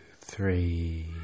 three